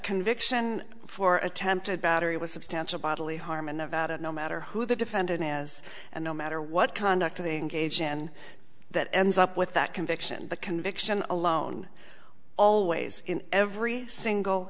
conviction for attempted battery with substantial bodily harm in nevada no matter who the defendant has and no matter what conduct of the engage in that ends up with that conviction the conviction alone always in every single